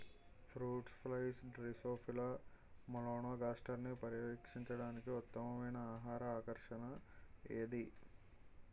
Fruit flies Drosophila మెలనోగాస్టర్ని పర్యవేక్షించడానికి ఉత్తమమైన ఆహార ఆకర్షణ ఏది?